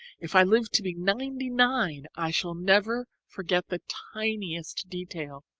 if i live to be ninety-nine i shall never forget the tiniest detail.